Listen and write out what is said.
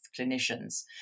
clinicians